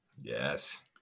Yes